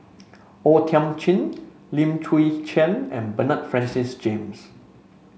O Thiam Chin Lim Chwee Chian and Bernard Francis James